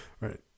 Right